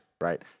Right